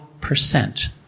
percent